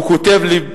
הוא כותב לי: